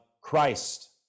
Christ